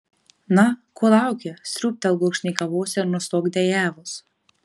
na ko lauki sriūbtelk gurkšnį kavos ir nustok dejavus